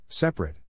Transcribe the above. Separate